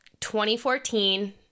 2014